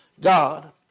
God